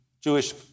Jewish